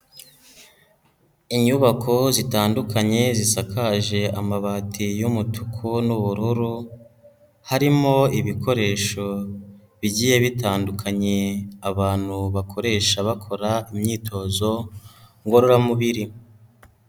Inyubako zitandukanye zisakaje amabati y'umutuku n'ubururu, harimo ibikoresho bigiye bitandukanye abantu bakoresha bakora imyitozo ngororamubiri.